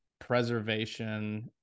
preservation